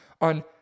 on